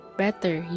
better